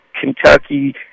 Kentucky